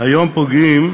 היום פוגעים,